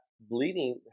bleeding